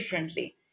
differently